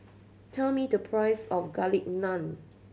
tell me the price of Garlic Naan